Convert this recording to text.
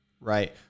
right